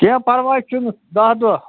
کیٚنٛہہ پَرواے چھُنہٕ دَہ دۄہ